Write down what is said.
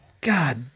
God